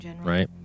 right